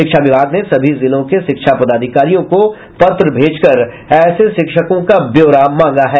शिक्षा विभाग ने सभी जिलों के शिक्षा पदाधिकारियों को पत्र भेजकर ऐसे शिक्षकों का ब्यौरा मांगा है